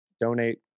donate